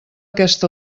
aquest